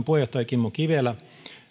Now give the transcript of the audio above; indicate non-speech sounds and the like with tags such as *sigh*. *unintelligible* puheenjohtaja kimmo kivelä